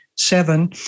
seven